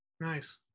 Nice